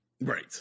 Right